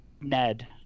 Ned